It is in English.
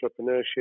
entrepreneurship